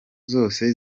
zose